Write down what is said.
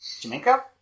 Jamaica